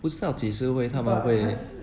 不知道几时会他们会